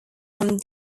from